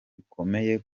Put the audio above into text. bikomeye